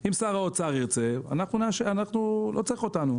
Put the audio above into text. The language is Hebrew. אם שר האוצר ירצה, לא צריך אותנו.